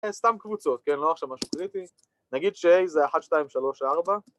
סתם קבוצות, כן, לא עכשיו משהו קריטי. נגיד שA זה 1,2,3,4